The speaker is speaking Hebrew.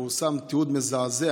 פורסם תיעוד מזעזע